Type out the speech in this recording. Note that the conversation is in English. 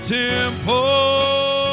temple